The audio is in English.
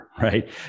right